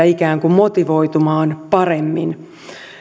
ikään kuin motivoitumaan paremmin